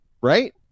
right